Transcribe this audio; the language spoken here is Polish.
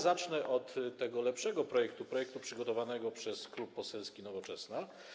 Zacznę od tego lepszego projektu, przygotowanego przez Klub Poselski Nowoczesna.